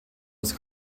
das